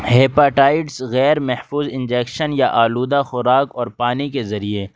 hepatitis غیر محفوظ injection یا آلودہ خوراک اور پانی کے ذریعے